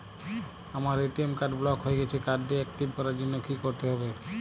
আমার ATM card block হয়ে গেছে কার্ড টি একটিভ করার জন্যে কি করতে হবে?